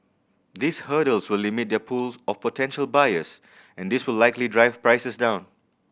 these hurdles will limit their pool of potential buyers and this will likely drive prices down